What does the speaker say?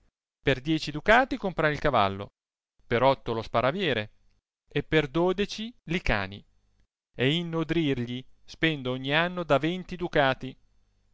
per dieci ducati comprai il cavallo per otto lo sparaviere e per dodeci li cani e in nodrirgli spendo ogni anno da venti ducati